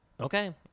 Okay